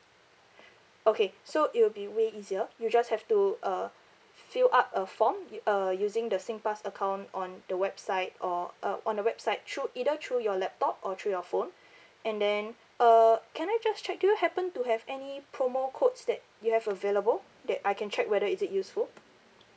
okay so it will be way easier you just have to uh fill up a form y~ uh using the singpass account on the website or uh on the website through either through your laptop or through your phone and then uh can I just check do you happen to have any promo codes that you have available that I can check whether is it useful